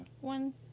one